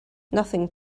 nothing